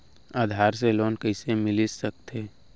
आधार से लोन कइसे मिलिस सकथे?